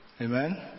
Amen